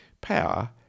Power